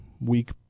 week